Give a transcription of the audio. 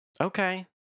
Okay